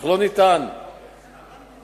אך לא ניתן לפסוק